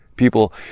People